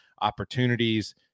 opportunities